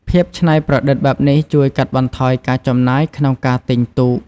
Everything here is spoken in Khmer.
ភាពច្នៃប្រឌិតបែបនេះជួយកាត់បន្ថយការចំណាយក្នុងការទិញទូក។